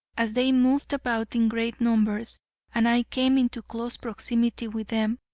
as they moved about in great numbers and i came into close proximity with them,